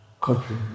country